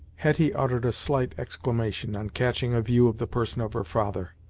hetty uttered a slight exclamation, on catching a view of the person of her father.